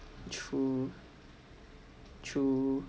true true